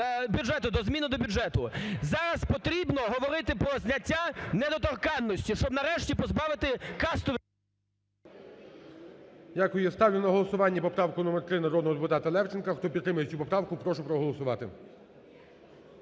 Зараз потрібно говорити про зняття недоторканності, щоб нарешті позбавити…